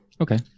Okay